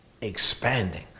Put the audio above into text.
expanding